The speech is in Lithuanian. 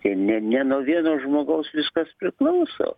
tai ne ne nuo vieno žmogaus viskas priklauso